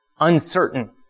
uncertain